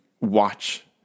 watch